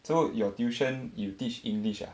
so your tuition you teach english ah